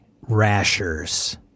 rashers